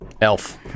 Elf